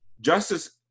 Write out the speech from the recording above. Justice